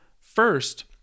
First